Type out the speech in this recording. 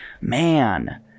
man